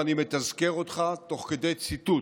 ואני מתזכר אותך תוך כדי ציטוט,